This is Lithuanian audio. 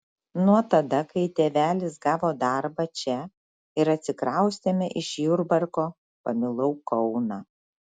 nuo tada kai tėvelis gavo darbą čia ir atsikraustėme iš jurbarko pamilau kauną